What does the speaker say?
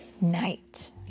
night